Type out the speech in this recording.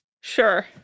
Sure